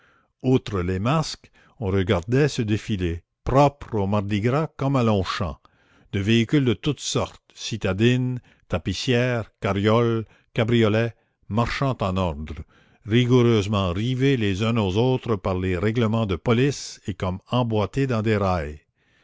outre les masques on regardait ce défilé propre au mardi gras comme à longchamps de véhicules de toutes sortes citadines tapissières carrioles cabriolets marchant en ordre rigoureusement rivés les uns aux autres par les règlements de police et comme emboîtés dans des rails